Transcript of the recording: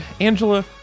Angela